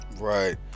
Right